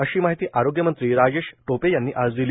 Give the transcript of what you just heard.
अशी माहिती आरोग्यमंत्री राजेश टोपे यांनी आज दिली